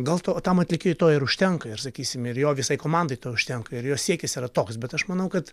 gal to tam atlikėjui to ir užtenka ir sakysim ir jo visai komandai to užtenka ir jo siekis yra toks bet aš manau kad